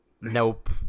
Nope